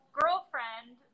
girlfriend